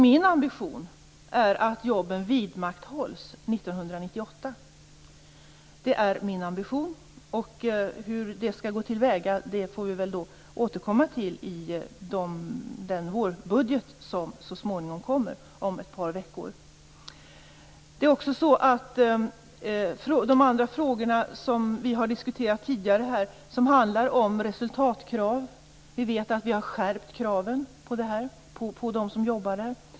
Min ambition är att jobben vidmakthålls 1998. Det är min ambition. Hur det skall gå till får vi återkomma till i den vårbudget som kommer om ett par veckor. De andra frågorna som vi har diskuterat tidigare handlar om resultatkrav. Vi har skärpt kraven på dem som jobbar i Samhall.